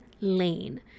lane